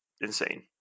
insane